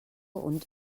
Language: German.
und